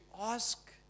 ask